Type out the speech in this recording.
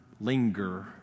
linger